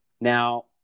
Now